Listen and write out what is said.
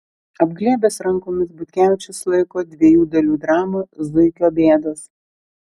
apglėbęs rankomis butkevičius laiko dviejų dalių dramą zuikio bėdos